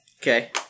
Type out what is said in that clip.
Okay